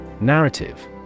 Narrative